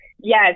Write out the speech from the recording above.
Yes